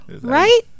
Right